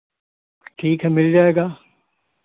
ठीक है मिल जाएगा